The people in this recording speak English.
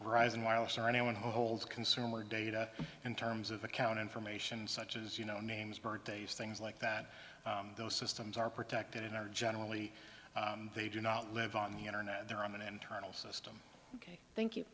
rising wireless or anyone who holds consumer data in terms of account information such as you know names birthdays things like that those systems are protected and are generally they do not live on the internet they're on an internal system ok thank you